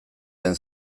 den